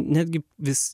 netgi vis